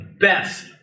best